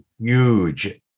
huge